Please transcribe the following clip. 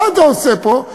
מה אתה עושה פה?